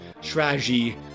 strategy